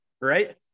Right